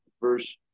verse